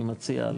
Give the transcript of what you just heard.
אני מציע,